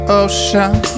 ocean